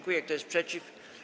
Kto jest przeciw?